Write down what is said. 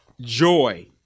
joy